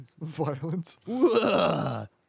Violence